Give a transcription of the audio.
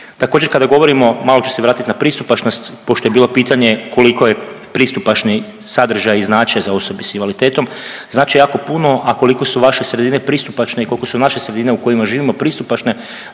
Također kada govorimo malo ću se vratiti na pristupačnost pošto je bilo pitanje koliko pristupačni sadržaji znače za osobe sa invaliditetom? Znače jako puno. A koliko su vaše sredine pristupačne i koliko su naše sredine u kojima živimo pristupačne